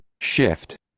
shift